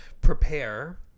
prepare